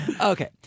Okay